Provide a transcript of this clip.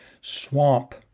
Swamp